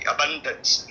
Abundance